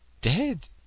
dead